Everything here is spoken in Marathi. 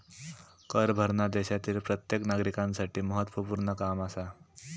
कर भरना देशातील प्रत्येक नागरिकांसाठी महत्वपूर्ण काम आसा